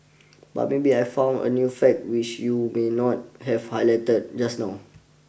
but maybe I found a few fact which you may not have highlighted just now